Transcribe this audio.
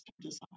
design